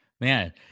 Man